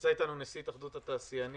נמצא אתנו נשיא התאחדות התעשיינים,